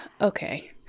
okay